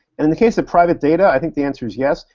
and in the case of private data, i think the answer is yes.